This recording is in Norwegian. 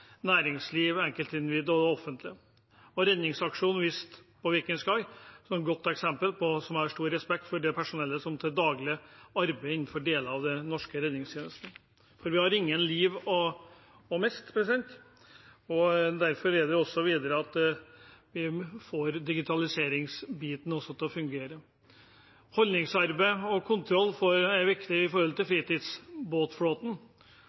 næringsliv, enkeltindivid og det offentlige, noe redningsaksjonen på «Viking Sky» var et godt eksempel på, og jeg har stor respekt for det personellet som til daglig arbeider innenfor deler av den norske redningstjenesten. Vi har ingen liv å miste, og derfor må vi også videre få digitaliseringsbiten til å fungere. Holdningsarbeid og kontroll er viktig når det gjelder fritidsbåtflåten, og havarikommisjonen har påpekt at høy fart er årsaken til